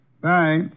Bye